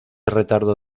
retardo